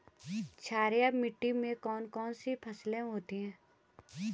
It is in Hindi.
क्षारीय मिट्टी में कौन कौन सी फसलें होती हैं?